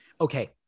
Okay